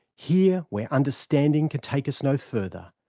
here, where understanding can take us no further,